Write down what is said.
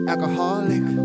Alcoholic